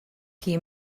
qui